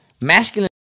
Masculine